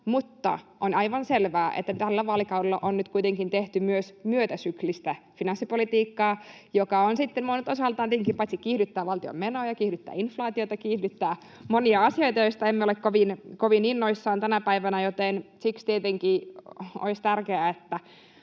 mutta on aivan selvää, että tällä vaalikaudella on nyt kuitenkin tehty myös myötäsyklistä finanssipolitiikkaa, joka sitten monelta osaltaan tietenkin kiihdyttää valtion menoja, kiihdyttää inflaatiota, kiihdyttää monia asioita, joista emme ole kovin innoissaan tänä päivänä, joten siksi tietenkin olisi tärkeää, että